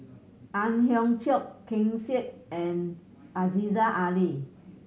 Ang Hiong Chiok Ken Seet and Aziza Ali